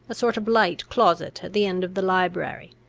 a sort of light closet at the end of the library,